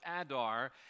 Adar